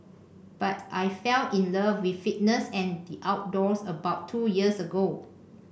but I fell in love with fitness and the outdoors about two years ago